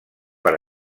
per